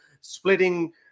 splitting